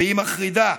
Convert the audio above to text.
והיא מחרידה.